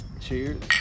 cheers